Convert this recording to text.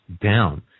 down